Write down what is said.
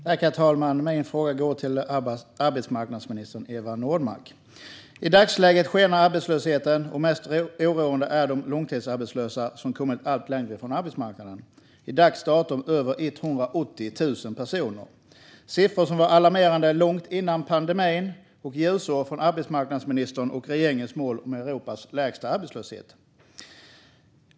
Herr talman! Min fråga går till arbetsmarknadsminister Eva Nordmark. I dagsläget skenar arbetslösheten. Mest oroande är de långtidsarbetslösa, som kommit allt längre från arbetsmarknaden - till dags dato över 180 000 personer. Detta är siffror som var alarmerande långt innan pandemin och ljusår från arbetsmarknadsministerns och regeringens mål om Europas lägsta arbetslöshet.